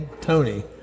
Tony